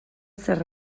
zer